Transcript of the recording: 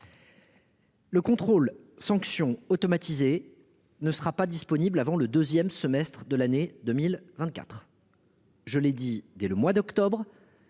Le contrôle-sanction automatisé ne sera pas disponible avant le second semestre de l'année 2024- je l'ai dit dès le mois d'octobre